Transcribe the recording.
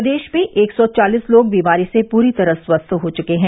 प्रदेश में एक सौ चालीस लोग बीमारी से पूरी तरह स्वस्थ हो चुके हैं